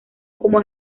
como